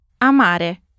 Amare